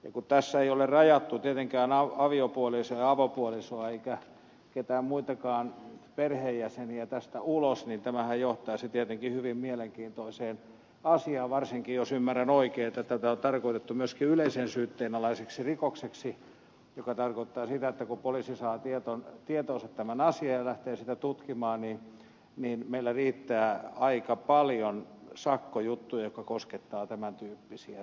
kun tässä ei ole rajattu tietenkään aviopuolisoa avopuolisoa eikä keitään muitakaan perheenjäseniä tästä ulos niin tämähän johtaisi tietenkin hyvin mielenkiintoiseen asiaan varsinkin jos ymmärrän oikein että tämä on tarkoitettu myöskin yleisen syytteen alaiseksi rikokseksi mikä tarkoittaa sitä että kun poliisi saa tietoonsa tämän asian ja lähtee sitä tutkimaan niin meillä riittää aika paljon sakkojuttuja jotka koskettavat tämän tyyppisiä rikoksia